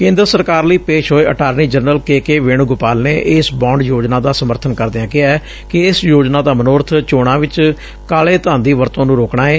ਕੇਂਦਰ ਸਰਕਾਰ ਲਈ ਪੇਸ਼ ਹੋਏ attorney general K K Venugopal ਨੇ ਇਸ ਬਾਂਡ ਯੋਜਨਾ ਦਾ ਸਮਰਥਨ ਕਰਦਿਆਂ ਕਿਹੈ ਕਿ ਇਸ ਯੋਜਨਾ ਦਾ ਮਨੋਰਥ ਚੋਣਾਂ ਵਿਚ ਕਾਲੇ ਧਨ ਦੀ ਵਰਤੋਂ ਨੂੰ ਰੋਕਣਾ ਏ